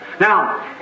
Now